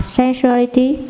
sensuality